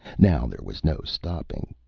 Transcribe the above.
now there was no stopping,